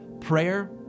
prayer